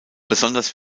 besonders